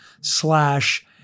slash